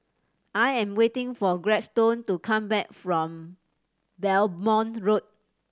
I am waiting for Gladstone to come back from Belmont Road